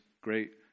great